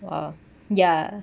!wow! ya